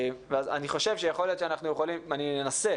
אני אנסה